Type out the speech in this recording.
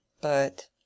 But—